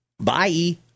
Bye